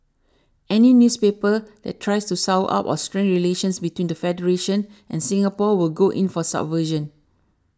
any newspaper that tries to sour up or strain relations between the federation and Singapore will go in for subversion